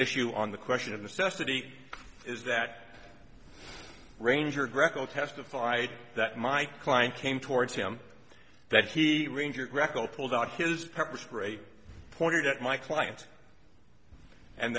issue on the question of the sestak he is that ranger greco testified that my client came towards him that he ranger greco pulled out his pepper spray pointed at my client and